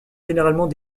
généralement